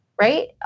right